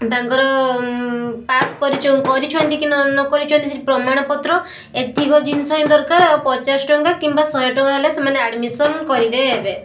ତାଙ୍କର ପାସ୍ କରିଛ କରିଛନ୍ତି କି ନକରିଛନ୍ତି ସେ ପ୍ରମାଣପତ୍ର ଏତିକି ଜିନିଷ ହିଁ ଦରକାର ଆଉ ପଚାଶ ଟଙ୍କା କିମ୍ବା ଶହେ ଟଙ୍କା ହେଲେ ସେମାନେ ଆଡ଼ମିଶନ କରିଦେବେ